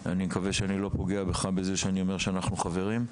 אני מקווה שאני לא פוגע בך בזה שאני מציין שאנחנו חברים.